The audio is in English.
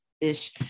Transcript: Ish